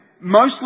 mostly